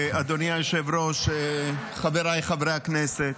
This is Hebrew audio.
אדוני היושב-ראש, חבריי חברי הכנסת,